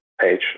page